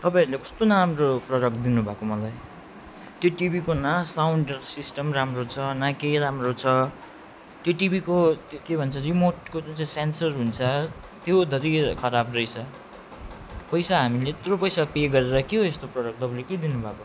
तपाईँहरूले कस्तो नराम्रो प्रडक्ट दिनुभएको मलाई त्यो टिभीको न साउन्ड सिस्टम राम्रो छ न केही राम्रो छ त्यो टिभीको त्यो के भन्छ रिमोटको जुन चाहिँ सेन्सर हुन्छ त्योधरि यो खराब रहेछ पैसा हामीले त्यत्रो पैसा पे गरेर के हो यस्तो प्रडक्ट तपाईँले के दिनुभएको